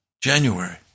January